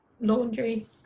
Laundry